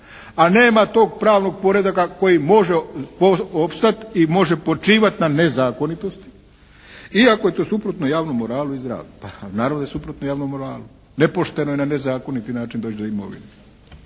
a nema tog pravnog poretka koji može opstati i može počivati na nezakonitosti. I ako je to suprotno javnom moralu i zdravlju. Pa naravno da je suprotno javnom moralu. Nepošteno je na nezakoniti način doći do imovine.